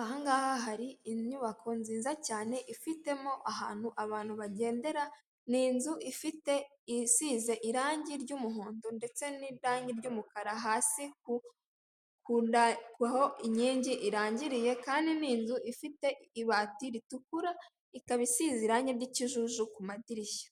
Ahangaha hari inyubako nziza cyane, ifitemo ahantu abantu bagendera, ni inzu ifite irisize irangi ry'umuhondo ndetse ni rangi ry'umukara hasi kundarwaho inkingi irangiriye kandi ni inzu ifite ibati ritukura ikaba isize irangi ry'ikijuju ku madirishya,